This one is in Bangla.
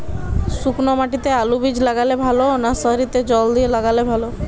শুক্নো মাটিতে আলুবীজ লাগালে ভালো না সারিতে জল দিয়ে লাগালে ভালো?